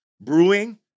brewing